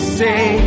say